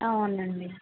అవునండీ